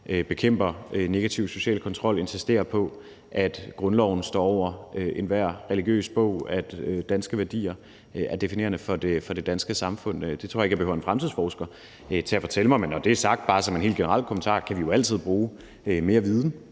bekæmper negativ social kontrol og insisterer på, at grundloven står over enhver religiøs bog, og at danske værdier er definerende for det danske samfund. Det tror jeg ikke jeg behøver en fremtidsforsker til at fortælle mig. Men når det er sagt – bare som en helt generel kommentar – kan vi jo altid bruge mere viden